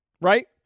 right